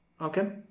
Okay